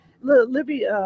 Libby